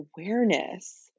awareness